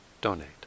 donate